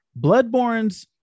Bloodborne's